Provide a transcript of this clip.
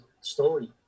story